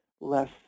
less